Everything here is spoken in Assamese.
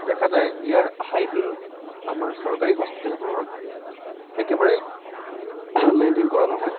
দেখা যায় ইয়াৰ হাইজিন আমাৰ চৰকাৰী হস্পিতালবোৰৰ একেবাৰে মেইনটেইন কৰা নহয়